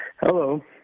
Hello